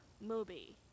movie